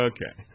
Okay